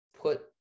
put